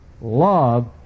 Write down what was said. Love